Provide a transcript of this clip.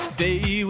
day